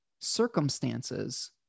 circumstances